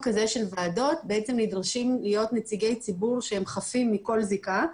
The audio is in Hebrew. כזה של ועדות נדרשים להיות נציגי ציבור שהם חפים מכל זיקה,